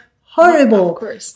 horrible